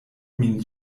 min